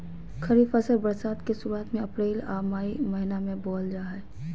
खरीफ फसल बरसात के शुरुआत में अप्रैल आ मई महीना में बोअल जा हइ